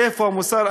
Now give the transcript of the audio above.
איפה המוסר?